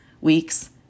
weeks